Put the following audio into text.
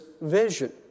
vision